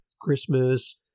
Christmas